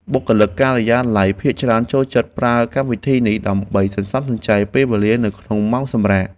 បុគ្គលិកការិយាល័យភាគច្រើនចូលចិត្តប្រើកម្មវិធីនេះ ដើម្បីសន្សំសំចៃពេលវេលានៅក្នុងម៉ោងសម្រាក។